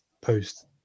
post